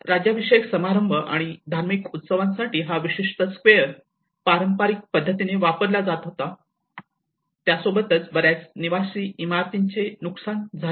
राज्याभिषेक समारंभ आणि धार्मिक उत्सवांसाठी हा विशिष्ट स्क्वेअर पारंपारिक पणे वापरला जात होता आणि बर्याच निवासी इमारतींचे नुकसान झाले